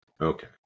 Okay